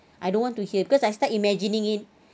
I don't want to hear because I start imagining it